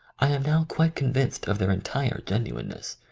i am now quite convinced of their entire genuineness,